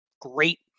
great